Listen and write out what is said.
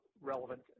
relevant